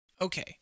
Okay